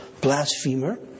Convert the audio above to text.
blasphemer